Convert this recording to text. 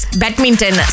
badminton